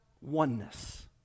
oneness